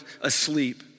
asleep